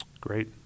Great